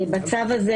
בצו הזה,